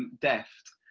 deft.